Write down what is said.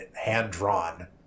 hand-drawn